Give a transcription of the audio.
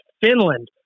Finland